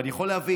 ואני יכול להבין,